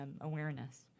awareness